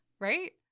right